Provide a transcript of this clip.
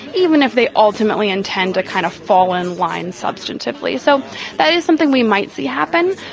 even if they ultimately intend to kind of fall in line substantively. so that is something we might see happen.